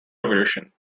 revolution